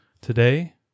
Today